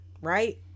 Right